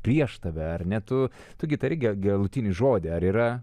prieš tave ar ne tu tu gi tari ga galutinį žodį ar yra